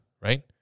right